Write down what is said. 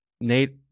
Nate